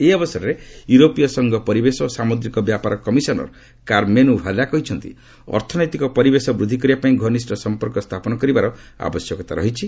ଏହି ଅବସରରେ ୟୁରୋପୀୟ ସଂଘ ପରିବେଶ ଓ ସାମୁଦ୍ରିକ ବ୍ୟାପାର କମିଶନର୍ କାର୍ମେନ୍ର ଭେଲା କହିଛନ୍ତି ଅର୍ଥନୈତିକ ପରିଶର ବୃଦ୍ଧି କରିବା ପାଇଁ ଘନିଷ୍ଠ ସମ୍ପର୍କ ସ୍ଥାପନ କରିବାର ଆବଶ୍ୟକତା ରହିଛି